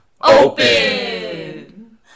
Open